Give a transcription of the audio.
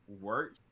work